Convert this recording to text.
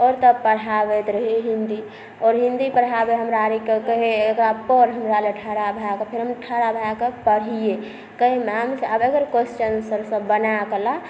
आओर तब पढ़ाबैत रहै हिन्दी आओर हिन्दी पढ़ा दै हमरा आरके कहै एकरा पढ़ हमरा लग ठड़ा भऽ कऽ फेर हम ठड़ा भऽ कऽ पढ़िए कहै मैम से एकर कोसचन आन्सर सब बनाकऽ ला